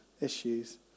issues